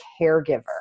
caregiver